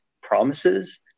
promises